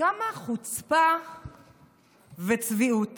כמה חוצפה וצביעות